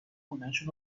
خونشون